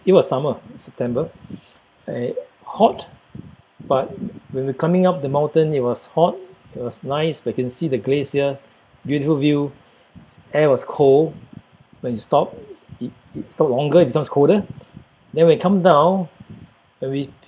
it was summer september and hot but when we're coming up the mountain it was hot it was nice we can see the glacier beautiful view air was cold when you stop you stop longer it becomes colder then when come down when we